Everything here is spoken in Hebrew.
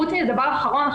דבר אחרון,